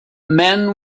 men